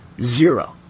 Zero